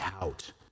out